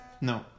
No